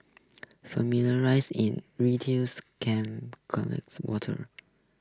familiar rise in camps collects water